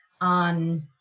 on